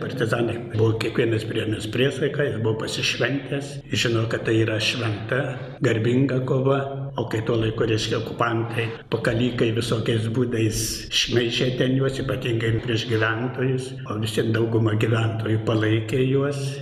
partizanai buvo kiekvienas priėmęs priesaiką jis buvo pasišventęs žino kad tai yra šventa garbinga kova o kai tuo laiku reiškia okupantai pakalikai visokiais būdais šmeižė ten juos ypatingai prieš gyventojus o vis tiek dauguma gyventojų palaikė juos